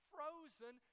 Frozen